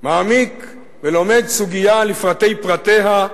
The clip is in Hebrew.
מעמיק ולומד סוגיה לפרטי פרטיה,